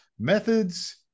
methods